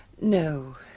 No